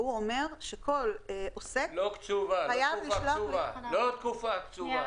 והוא אומר שכל עוסק חייב לשלוח --- לא תקופה קצובה.